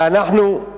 ואנחנו,